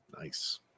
Nice